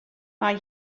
mae